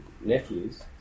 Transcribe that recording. nephews